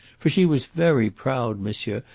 for she was very proud, monsieur,